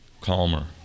calmer